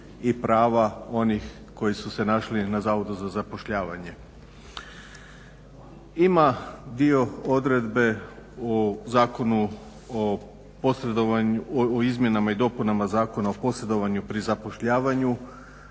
Ima dio odredbe u Zakonu o izmjenama i dopunama Zakona o posredovanju pri zapošljavanju